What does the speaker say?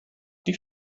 die